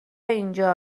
اینجا